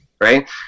Right